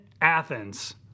Athens